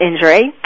injury